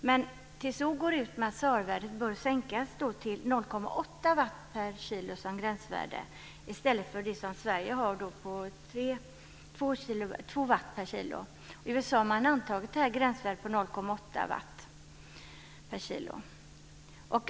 TCO rekommenderar att SAR-värdet bör sänkas till 0,8 watt per kilo som gränsvärde, i stället för det gränsvärde Sverige har i dag på 2 watt per kilo. I USA har man antagit detta gränsvärde på 0,8 watt per kilo.